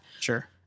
Sure